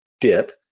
dip